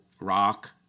rock